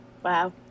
Wow